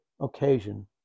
occasion